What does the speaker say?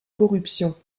corruption